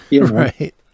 Right